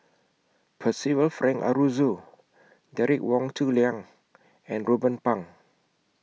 Percival Frank Aroozoo Derek Wong Zi Liang and Ruben Pang